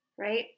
right